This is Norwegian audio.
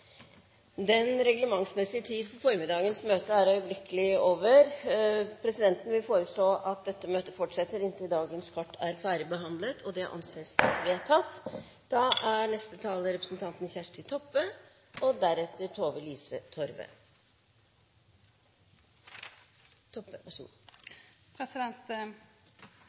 Den reglementsmessige tiden for formiddagens møte er øyeblikkelig over. Presidenten vil foreslå at dette møtet fortsetter inntil dagens kart er ferdigbehandlet. – Det anses vedtatt.